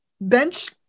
bench